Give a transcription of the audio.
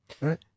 Right